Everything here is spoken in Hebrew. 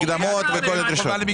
אז תקבלי את המקדמות ואת כל הדרישות.